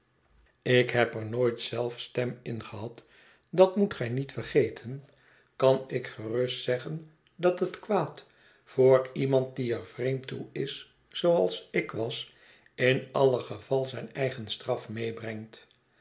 ik heb er nooit zelf stern in gehad dat moet gij niet vergeten kan ik gerust zeggen dat het kwaad voor iemand die er vreemd toe is zooals ik was in alle geval zijn eigen straf meebrengt